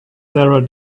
sarah